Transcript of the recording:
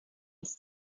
ist